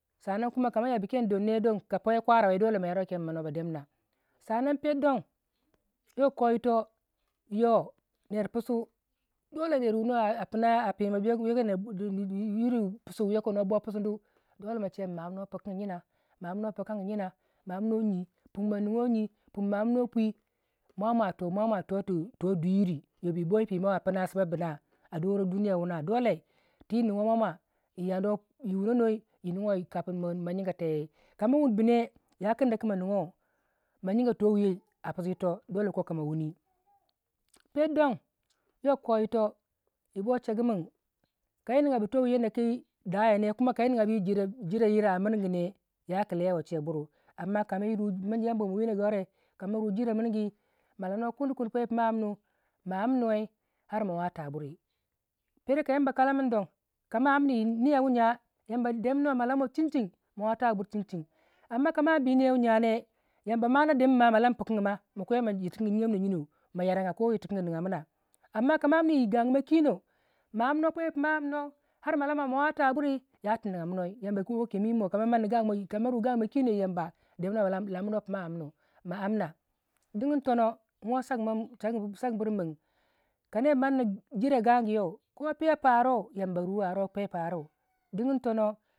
ko kuma kam yabu ken ne don ka pweyo kwara wai dolle ma yaruwai ken noba demna sannan pero don yokko yito yo ner pusu dolle ner wunuwai pisu wu yoko nobo pisinu dolle ma chewai kin ma amnuwei pikangu yina ma amnuwai ma niguwai yina ma nigyo yi ma amno pii mwamwa toh mwamwa totu toh dwi yiri yobiyi boi pimawa apina simabina apina doro duniya wuna dolle twii nigiwai mwamwa yi yaduwei yi wunonu wei kapin ma gyiga teyai kama wunbu ne ya kinda ku ma nigiwau ma gyiga towii a pisu yitoh kokama wuni perdon yokko yito yibo chek min kayi nigabu towii yadda ki daya ne kuma kai nigabu yi jirai ne yaku lewai cheburu amma kama wuri manni yamba mo wino gawure ka ma rujirai mirgi menenuwei kundi kundi pero pumo amnu ma amnuwei ar ma wata buri pero ka yamba kallamin don kama amni yi niya yi niya wu gya yamba demin wei ma lama chinchin ma watawei yi buri chinchin kama ambu yi niyawu gyane yamba ma na demini ma ma lam pikangu ma makwe yir tikangi gyigamina gyinau ma yaragya koh yir tikan gi a nigamina amma kama amni yi gagumau kino ma ammnuwei bweyo pu ma amnu woo ar ma lama ma wata buri ma wataburi ya tu nigyamin wei yamba wo kem yi mo kama ru kama manni gagumo kama ru gagumo kino yi yamba lamminuwai pumo amnu amna digin tono yiwo sagir min kin ka ner mani jirai gaguyau kopiyau pu aruwei yamba ruwai aruwei pweyo pu aru digin tono